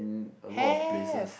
have